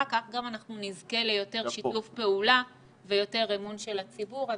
כך אנחנו גם נזכה ליותר שיתוף פעולה ויותר אמון של הציבור.